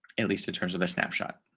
at least in terms of a snapshot,